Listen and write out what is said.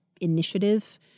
initiative